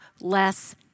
less